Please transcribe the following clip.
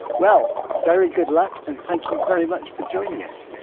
well, very good luck. and thank you very much for joining us!